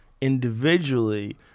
Individually